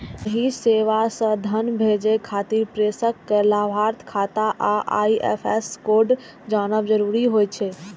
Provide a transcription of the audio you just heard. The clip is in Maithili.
एहि सेवा सं धन भेजै खातिर प्रेषक कें लाभार्थीक खाता आ आई.एफ.एस कोड जानब जरूरी होइ छै